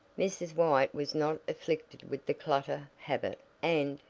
mrs. white was not afflicted with the clutter habit, and,